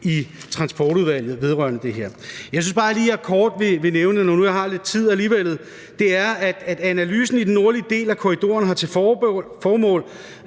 i Transportudvalget vedrørende det her. Jeg synes bare, at jeg lige kort vil nævne – når nu jeg har lidt tid alligevel – at analysen vedrørende den nordlige del af korridoren har til formål